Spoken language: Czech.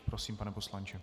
Prosím, pane poslanče.